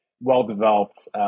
well-developed